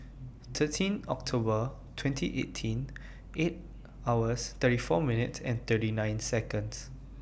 thirteen October twenty eighteen eight hours thirty four minutes thirty nine Seconds